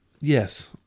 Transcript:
Yes